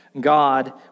God